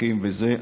משחקים וזה,